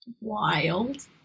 wild